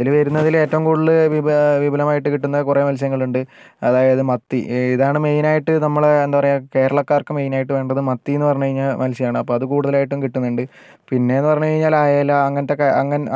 അതില് വരുന്നതില് ഏറ്റവും കൂടുതല് വിപു വിപുലമായിട്ട് കിട്ടുന്ന കുറെ മത്സ്യങ്ങളുണ്ട് അതായത് മത്തി ഇതാണ് മെയിനായിട്ട് നമ്മള് എന്താ പറയുക കേരളക്കാർക്ക് മെയിനായിട്ട് വേണ്ടത് മത്തി എന്ന് പറഞ്ഞ് കഴിഞ്ഞാൽ മത്സ്യമാണ് അപ്പോൾ അത് കൂടുതലായിട്ടും കിട്ടുന്നുണ്ട് പിന്നേന്ന് പറഞ്ഞു കഴിഞ്ഞാൽ അയല അങ്ങനത്തെ